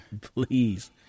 Please